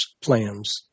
plans